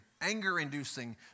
anger-inducing